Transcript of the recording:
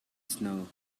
snow